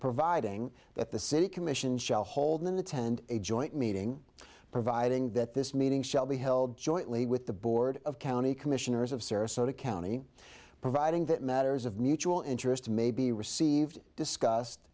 providing that the city commission shall hold an attend a joint meeting providing that this meeting shall be held jointly with the board of county commissioners of sarasota county providing that matters of mutual interest may be received discussed